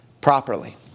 properly